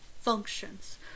functions